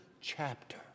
chapter